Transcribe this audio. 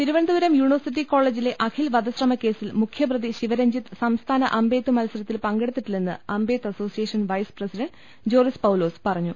Thiruvananthapuram university കോളജിലെ അഖിൽ വധ ശ്രമക്കേസിൽ മുഖ്യപ്രതി ശിവരഞ്ജിത്ത് സംസ്ഥാന അമ്പെയ്ത്ത് മത്സരത്തിൽ പങ്കെടുത്തിട്ടില്ലെന്ന് അമ്പെയ്ത്ത് association vice president Joris Paulose പറഞ്ഞു